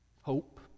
hope